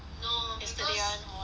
yesterday one or what